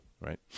Right